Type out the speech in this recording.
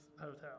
hotel